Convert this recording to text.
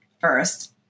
first